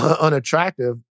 unattractive